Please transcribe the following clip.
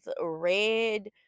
red